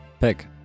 Pick